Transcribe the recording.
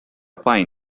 fine